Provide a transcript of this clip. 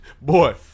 Boy